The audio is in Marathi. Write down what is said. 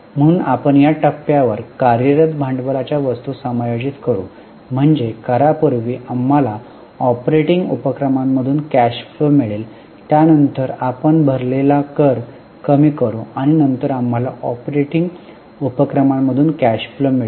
म्हणून आपण या टप्प्यावर कार्यरत भांडवलाच्या वस्तू समायोजित करू म्हणजे करापूर्वी आम्हाला ऑपरेटिंग उपक्रमांमधून कॅश फ्लो मिळेल त्यानंतर आपण भरलेला कर कमी करू आणि नंतर आम्हाला ऑपरेटिंग उपक्रमांमधून कॅश फ्लो मिळेल